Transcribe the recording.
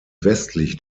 westlich